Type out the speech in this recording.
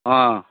ꯑꯥ